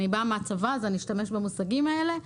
אני באה מהצבא אז אני אשתמש במושגים האלה,